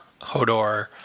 Hodor